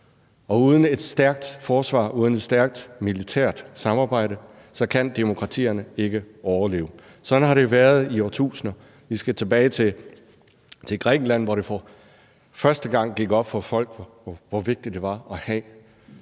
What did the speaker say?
og uden et stærkt forsvar, uden et stærkt militært samarbejde, kan demokratierne ikke overleve. Sådan har det været i årtusinder. Vi skal tilbage til Grækenland, hvor det for første gang gik op for folk, hvor vigtigt det var at have